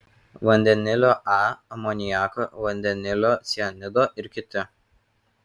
vandenilio a amoniako vandenilio cianido ir kiti